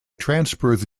transperth